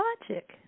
logic